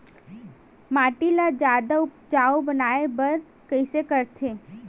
माटी ला जादा उपजाऊ बनाय बर कइसे करथे?